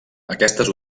aquestes